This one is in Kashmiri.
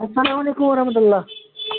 اسلام علیکُم وَرحمتُہ اللہ